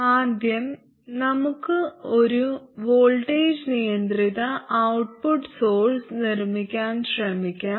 ആദ്യം നമുക്ക് ഒരു വോൾട്ടേജ് നിയന്ത്രിത ഔട്ട്പുട്ട് സോഴ്സ് നിർമിക്കാൻ ശ്രമിക്കാം